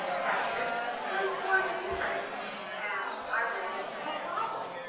tested was sworn and trained and i ran into a problem